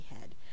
head